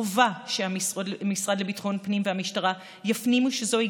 חובה שהמשרד לביטחון פנים והמשטרה יפנימו שזוהי